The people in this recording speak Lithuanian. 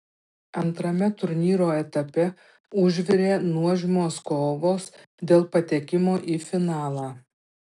antrame turnyro etape užvirė nuožmios kovos dėl patekimo į finalą